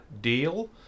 deal